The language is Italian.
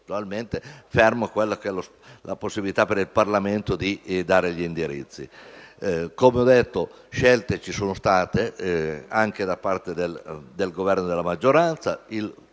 ferma restando la possibilità per il Parlamento di dare gli indirizzi. Come ho detto, scelte ci sono state, anche da parte del Governo e della maggioranza.